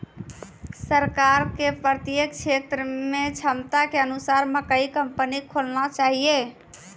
सरकार के प्रत्येक क्षेत्र मे क्षमता के अनुसार मकई कंपनी खोलना चाहिए?